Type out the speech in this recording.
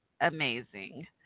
amazing